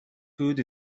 food